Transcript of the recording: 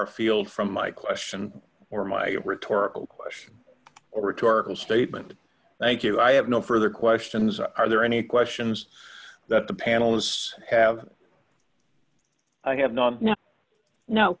afield from my question or my rhetorical question or rhetorical statement thank you i have no further questions are there any questions that the panelists have i have not no